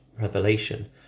revelation